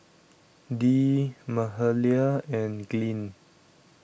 Dee Mahalia and Glynn